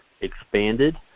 expanded